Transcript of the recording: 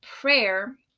prayer